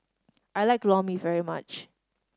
I like Lor Mee very much